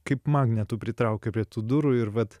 kaip magnetu pritraukė prie tų durų ir vat